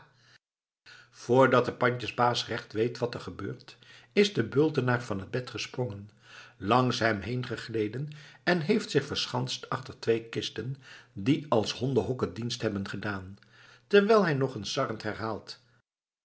voordat de pandjesbaas recht weet wat er gebeurt is de bultenaar van t bed gesprongen langs hem heen gegleden en heeft zich verschanst achter twee kisten die als hondenhokken dienst hebben gedaan terwijl hij nog eens sarrend herhaalt